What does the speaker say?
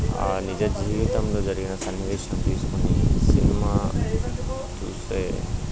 ఆ నిజ జీవితంలో జరిగిన సన్నివేశం తీసుకుని సినిమా చూస్తే